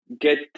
get